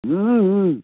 ହୁଁ ହୁଁ